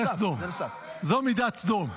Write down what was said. זו מידת סדום.